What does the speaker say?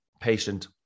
patient